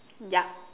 ya